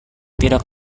tidak